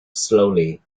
slowly